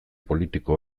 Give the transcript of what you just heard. politiko